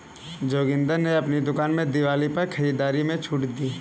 जोगिंदर ने अपनी दुकान में दिवाली पर खरीदारी में छूट दी